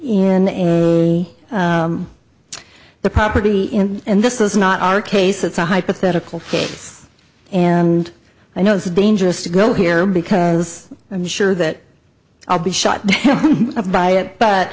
in the property and this is not our case it's a hypothetical case and i know it's dangerous to go here because i'm sure that i'll be shut up by it but